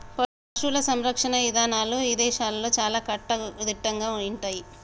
పశువుల సంరక్షణ ఇదానాలు ఇదేశాల్లో చాలా కట్టుదిట్టంగా ఉంటయ్యి